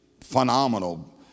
phenomenal